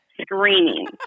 screaming